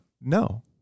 no